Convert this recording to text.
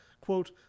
quote